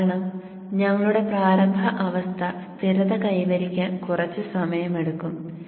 കാരണം ഞങ്ങളുടെ പ്രാരംഭ അവസ്ഥ സ്ഥിരത കൈവരിക്കാൻ കുറച്ച് സമയമെടുക്കും